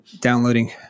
downloading